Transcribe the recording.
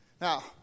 Now